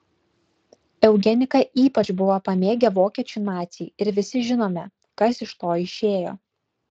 eugeniką ypač buvo pamėgę vokiečių naciai ir visi žinome kas iš to išėjo